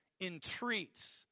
entreats